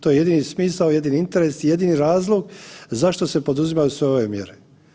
To je jedini smisao, jedini interes i jedini razlog zašto se poduzimaju sve ove mjere.